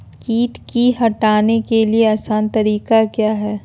किट की हटाने के ली आसान तरीका क्या है?